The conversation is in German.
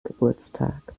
geburtstag